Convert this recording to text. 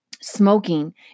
smoking